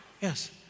Yes